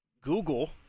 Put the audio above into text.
Google